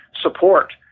support